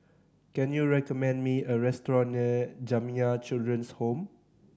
can you recommend me a restaurant near Jamiyah Children's Home